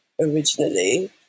originally